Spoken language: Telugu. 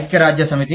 ఐక్యరాజ్యసమితి